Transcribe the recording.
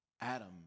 Adam